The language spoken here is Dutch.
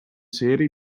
serie